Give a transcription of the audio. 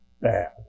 bad